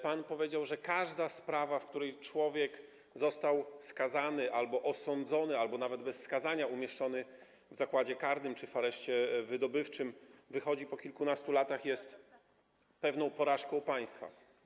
Pan powiedział, że każda sprawa, w której człowiek został skazany, osądzony albo nawet bez skazania umieszczony w zakładzie karnym czy też w areszcie wydobywczym, wychodzi po kilkunastu latach i jest pewną porażką państwa.